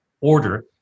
order